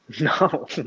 No